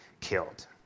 killed